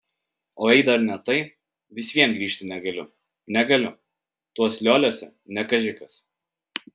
o jei dar ne tai vis vien grįžti negaliu negaliu tuos lioliuose ne kaži kas